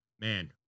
man